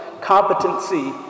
competency